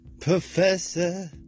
Professor